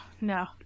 no